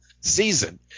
season